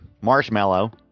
Marshmallow